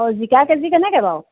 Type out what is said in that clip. অঁ জিকা কেজি কেনেকৈ বাৰু